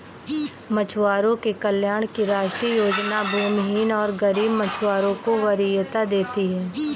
मछुआरों के कल्याण की राष्ट्रीय योजना भूमिहीन और गरीब मछुआरों को वरीयता देती है